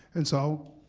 and so,